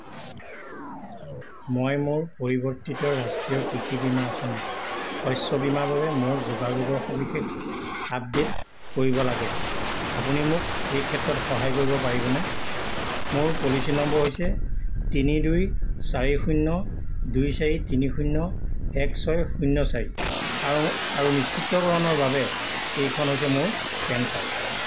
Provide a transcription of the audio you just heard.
মই মোৰ পৰিৱৰ্তিত ৰাষ্ট্ৰীয় কৃষি বীমা আঁচনি শস্য বীমাৰ বাবে মোৰ যোগাযোগৰ সবিশেষ আপডে'ট কৰিব লাগে আপুনি মোক এই ক্ষেত্ৰত সহায় কৰিব পাৰিবনে মোৰ পলিচী নম্বৰ হৈছে তিনি দুই চাৰি শূন্য দুই চাৰি তিনি শূন্য এক ছয় শূন্য চাৰি আৰু আৰু নিশ্চিতকৰণৰ বাবে এইখন হৈছে মোৰ পেন কাৰ্ড